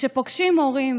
וכשפוגשים הורים